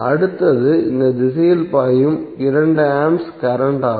அடுத்தது இந்த திசையில் பாயும் 2A கரண்ட் ஆகும்